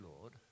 Lord